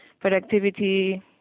productivity